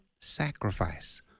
sacrifice